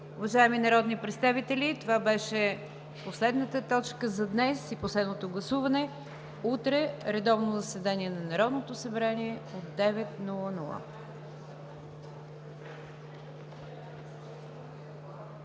Уважаеми народни представители, това беше последната точка за днес и последното гласуване. Утре редовното заседание на Народното събрание е от 9,00